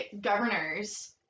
governors